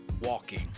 walking